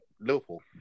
Liverpool